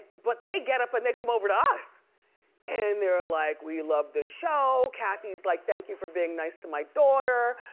but they get up and they come over to us and they're ah like, we love the show. kathy's like, thank you for being nice to my daughter,